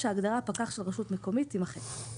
ההגדרה "פקח של רשות מקומית" תימחק.